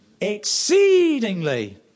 Exceedingly